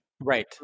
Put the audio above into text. right